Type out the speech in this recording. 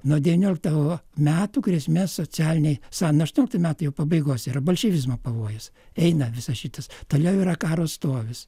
nuo devynioliktų metų grėsmė socialinei san nuo aštuonioliktų metų pabaigos yra bolševizmo pavojus eina visas šitas toliau yra karo stovis